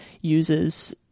uses